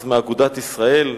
אז מאגודת ישראל,